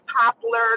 popular